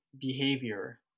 behavior